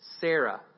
Sarah